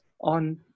on